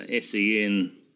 SEN